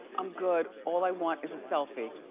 i'm good. all i want is a selfie.